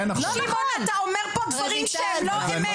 שמעון, אתה אומר פה דברים שהם לא אמת.